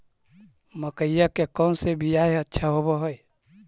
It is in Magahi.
मकईया के कौन बियाह अच्छा होव है?